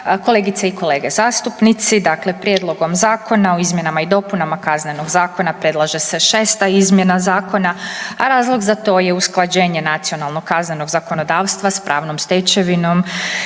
kolegice i kolege zastupnici. Dakle Prijedlogom zakona o izmjenama i dopunama Kaznenog zakona predlaže se 6. izmjena zakona, a razlog za to je usklađenje nacionalnog kaznenog zakonodavstva s pravnom stečevinom